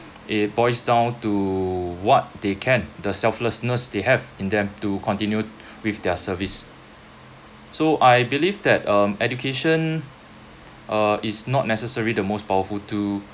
it boils down to what they can the selflessness they have in them to continue with their service so I believe that um education uh is not necessarily the most powerful tool